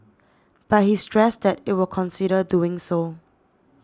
but he stressed that it will consider doing so